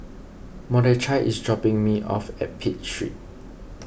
Mordechai is dropping me off at Pitt Street